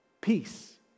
peace